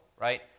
right